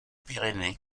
pyrénées